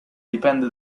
dipende